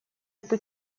эту